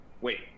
Wait